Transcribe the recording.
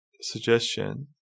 suggestion